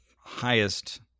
highest